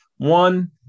One